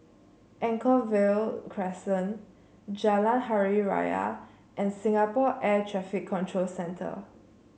Anchorvale Crescent Jalan Hari Raya and Singapore Air Traffic Control Centre